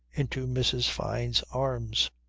into mrs. fyne's arms.